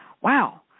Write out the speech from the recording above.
Wow